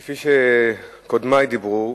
כפי שקודמי אמרו,